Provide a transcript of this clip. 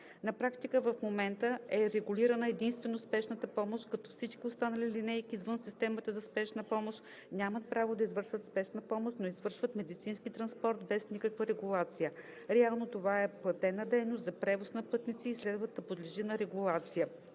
На практика в момента е регулирана единствено спешната помощ, като всички останали „линейки“ – извън системата за спешна помощ, нямат право да извършват спешна помощ, но извършват медицински транспорт без никаква регулация. Реално това е платена дейност за превоз на пътници и следва да подлежи на регулация.